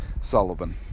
Sullivan